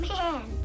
man